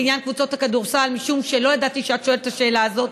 בעניין קבוצות הכדורסל: משום שלא ידעתי שאת שואלת את השאלה הזאת,